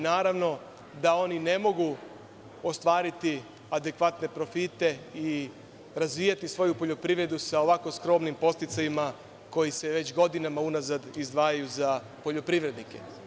Naravno da oni ne mogu ostvariti adekvatne profite i razvijati svoju poljoprivredu sa ovako skromnim podsticajima koji se već godinama unazad izdvajaju za poljoprivrednike.